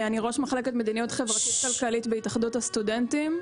אני ראש מחלקת מדיניות חברתית כלכלית בהתאחדות הסטודנטים.